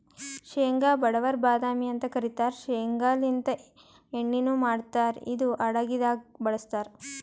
ಶೇಂಗಾ ಬಡವರ್ ಬಾದಾಮಿ ಅಂತ್ ಕರಿತಾರ್ ಶೇಂಗಾಲಿಂತ್ ಎಣ್ಣಿನು ಮಾಡ್ತಾರ್ ಇದು ಅಡಗಿದಾಗ್ ಬಳಸ್ತಾರ್